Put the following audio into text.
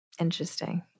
Interesting